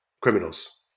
criminals